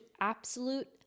absolute